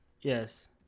Yes